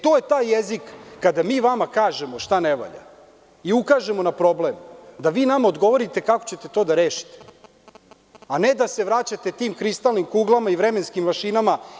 To je taj jezik kada mi vama kažemo šta ne valja i ukažemo na problem, da vi nama odgovorite kako ćete to da rešite, a ne da se vraćate tim kristalnim kuglama i vremenskim mašinama.